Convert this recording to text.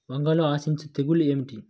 వంగలో ఆశించు తెగులు ఏమిటి?